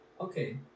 Okay